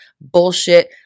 bullshit